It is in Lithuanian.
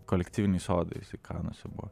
kolektyvinį sodą jisai kanuose buvo